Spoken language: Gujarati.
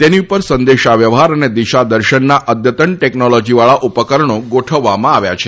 તેની ઉપર સંદેશાવ્યવહાર અને દિશાદર્શનના અદ્યતન ટેકનોલોજીવાળા ઉપકરણો ગોઠવવામાં આવ્યા છે